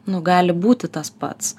nu gali būti tas pats